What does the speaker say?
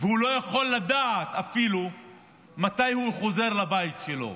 והוא לא יכול לדעת אפילו מתי הוא חוזר לבית שלו,